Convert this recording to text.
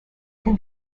can